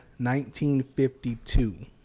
1952